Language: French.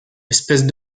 espèce